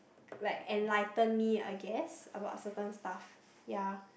like enlighten me I guess about certain stuff ya